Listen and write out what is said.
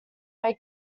make